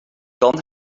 kan